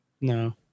No